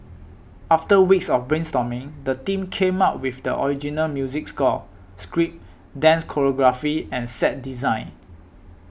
after weeks of brainstorming the team came up with the original music score script dance choreography and set design